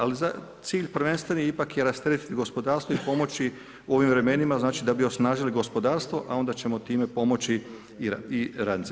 Ali cilj prvenstveni je ipak rasteretiti gospodarstvo i pomoći u ovim vremenima znači da bi osnažili gospodarstvo, a onda ćemo time pomoći i radnicima.